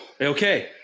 Okay